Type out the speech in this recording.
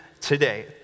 today